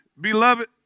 beloved